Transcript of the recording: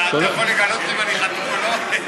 אתה יכול לגלות לי אם אני חתום או לא?